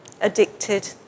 addicted